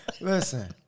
Listen